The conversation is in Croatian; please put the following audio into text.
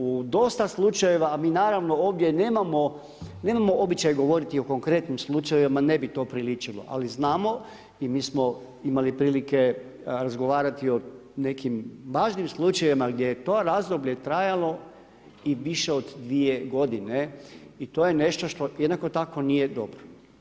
U dosta slučajeva, a mi naravno ovdje nemamo običaj govoriti o konkretnim slučajevima, ne bi to priličilo, ali znamo i mi smo imali prilike razgovarati o nekim važnim slučajevima gdje je to razdoblje trajalo i više od dvije godine i to je nešto jednako tako nije dobro.